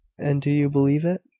and do you believe it?